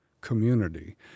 community